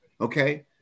okay